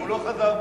הוא לא חזר בו.